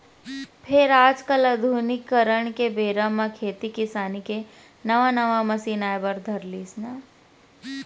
फेर आज काल आधुनिकीकरन के बेरा म खेती किसानी के नवा नवा मसीन आए बर धर लिस